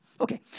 Okay